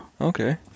Okay